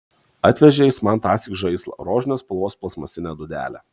atvežė jis man tąsyk žaislą rožinės spalvos plastmasinę dūdelę